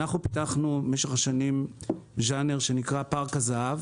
במשך השנים פיתחנו ז'אנר שנקרא פארק הזה"ב